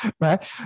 right